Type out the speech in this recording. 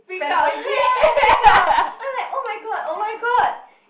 like freak out I like oh-my-god oh-my-god